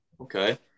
Okay